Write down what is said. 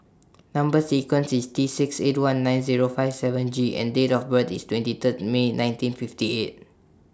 Number sequence IS T six eight one nine Zero five seven G and Date of birth IS twenty Third May nineteen fifty eight